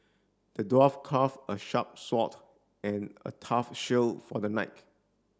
the dwarf craft a sharp sword and a tough shield for the knight